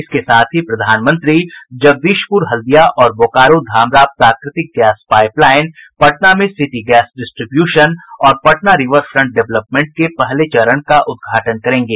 इसके साथ ही प्रधानमंत्री जगदीशपुर हल्दिया और बोकारो धामरा प्राकृतिक गैस पाईपलाइन पटना में सिटी गैस डिस्ट्रीब्यूशन और पटना रिवर फ्रंट डेवलपमेंट के पहले चरण का उद्घाटन करेंगे